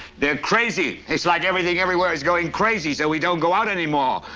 they're crazy. it's like everything everywhere is going crazy, so we don't go out anymore.